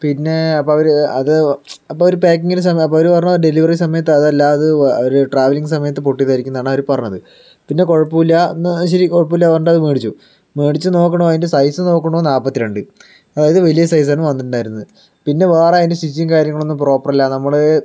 പിന്നെ അപ്പോൾ അവർ അത് അപ്പോൾ അവർ പാക്കിങ്ങിൻ്റെ സമയം അപ്പോൾ അവർ പറഞ്ഞു ഡെലിവറി സമയത്ത് അതല്ല അത് അവർ ട്രാവലിംഗ് സമയത്ത് പൊട്ടിയതായിരിക്കും എന്നാണ് അവർ പറഞ്ഞത് പിന്നെ കുഴപ്പമില്ല എന്നാൽ ശരി കുഴപ്പമില്ല പറഞ്ഞിട്ട് അത് മേടിച്ചു മേടിച്ചു നോക്കാണ് അതിൻ്റെ സൈസ് നോക്കാണ് നാല്പത്തിരണ്ട് അതായത് വലിയ സൈസാണ് വന്നിട്ടുണ്ടായിരുന്നത് പിന്നെ വേറെ അതിൻ്റെ സ്റ്റിച്ചിങ്ങും കാര്യങ്ങളൊന്നും പ്രോപ്പറല്ല നമ്മൾ